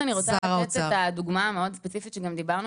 אני רוצה לתת את הדוגמה הספציפית שדיברנו